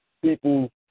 people